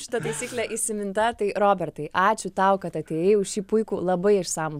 šita taisyklė įsiminta tai robertai ačiū tau kad atėjai už šį puikų labai išsamų